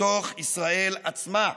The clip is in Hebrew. בתוך ישראל עצמה,